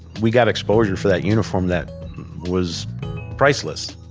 we got exposure for that uniform that was priceless.